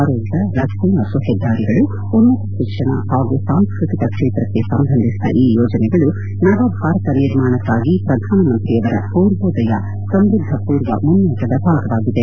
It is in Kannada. ಆರೋಗ್ಯ ರಸ್ತೆ ಮತ್ತು ಹೆದ್ದಾರಿಗಳು ಉನ್ನತ ಶಿಕ್ಷಣ ಹಾಗೂ ಸಾಂಸ್ಪತಿಕ ಕ್ಷೇತ್ರಕ್ಕೆ ಸಂಬಂಧಿಸಿದ ಈ ಯೋಜನೆಗಳು ನವ ಭಾರತ ನಿರ್ಮಾಣಕ್ಕಾಗಿ ಪ್ರಧಾನ ಮಂತ್ರಿಯವರ ಪೂರ್ವೋದಯ ಸಮ್ಯದ್ಧ ಪೂರ್ವ ಮುನ್ನೋಟದ ಭಾಗವಾಗಿವೆ